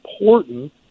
important